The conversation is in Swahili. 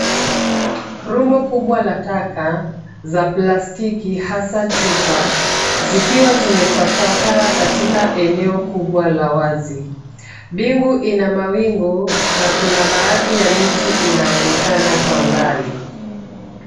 Rundo kubwa la taka za plastiki hasa chupa zikiwa zimetapakaa katika eneo kubwa la wazi. Mbingu ina mawingu na kuna baadhi ya miti inaonekana kwa mbali.